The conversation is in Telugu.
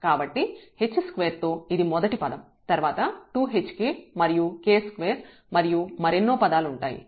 కాబట్టి h2 తో ఇది మొదటి పదం తర్వాత 2hk మరియు k2 మరియు మరెన్నో పదాలుంటాయి